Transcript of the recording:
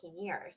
years